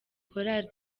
chorale